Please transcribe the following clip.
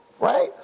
Right